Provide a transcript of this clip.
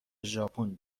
ژاپن